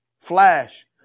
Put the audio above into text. Flash